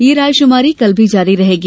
यह रायश्रमारी कल भी जारी रहेगी